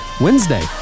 Wednesday